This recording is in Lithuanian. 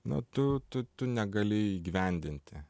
na tu tu tu negali įgyvendinti